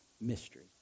mystery